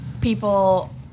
people